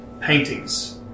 paintings